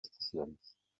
estacions